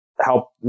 help